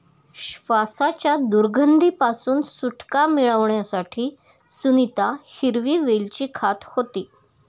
श्वासाच्या दुर्गंधी पासून सुटका मिळवण्यासाठी सुनीता हिरवी वेलची खात होती